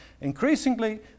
Increasingly